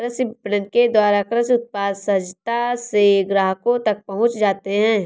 कृषि विपणन के द्वारा कृषि उत्पाद सहजता से ग्राहकों तक पहुंच जाते हैं